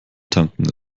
tanken